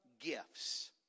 gifts